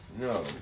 No